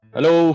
Hello